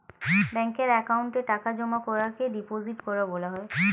ব্যাঙ্কের অ্যাকাউন্টে টাকা জমা করাকে ডিপোজিট করা বলা হয়